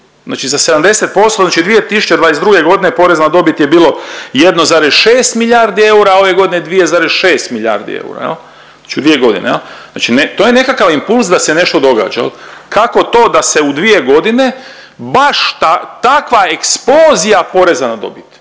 znači 2022. godine porez na dobit je bilo 1,6 milijardi eura a ove godine 2,6 milijardi eura jel znači u 2 godine jel. Znači to je nekakav impuls da se nešto događa jel. Kako to da se u 2 godine baš takva eksplozija poreza na dobit?